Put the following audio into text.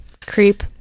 creep